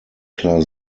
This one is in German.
klar